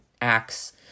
acts